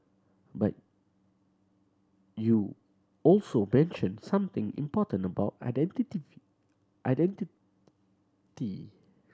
but you also mentioned something important about identity